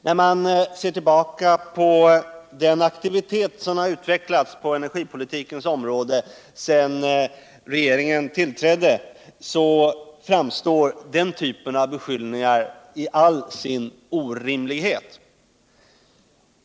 När man ser tillbaka på den aktivitet som utvecklats på energipolitikens område sedan regeringen tillträdde, framstår den typen av beskyllningar i all sin orimlighet.